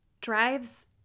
drives